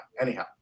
anyhow